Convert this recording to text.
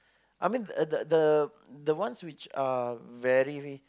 I mean the the the the ones which are very